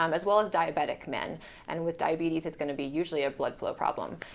um as well as diabetic men and with diabetes it's going to be usually a blood flow problem.